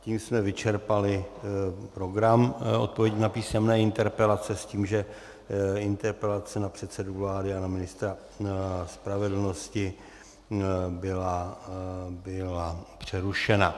Tím jsme vyčerpali program odpovědí na písemné interpelace s tím, že interpelace na předsedu vlády a na ministra spravedlnosti byla přerušena.